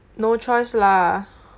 no choice lah